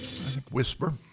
Whisper